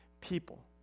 people